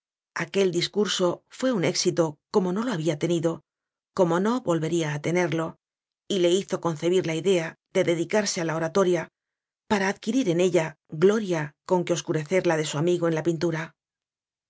aquel discurso fué un éxito como no lo había tenido como no volvería a tenerlo y le hizo concebir la idea de dedi carse a la oratoria para adquirir en ella glo ria con que oscurecer la de su amigo en la pintura